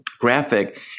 graphic